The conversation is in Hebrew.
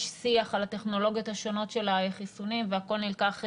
שיח על הטכנולוגיות השונות של החיסונים והכול נלקח בחשבון.